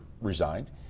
resigned